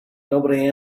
nobody